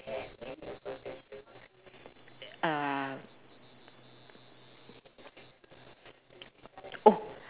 uh oh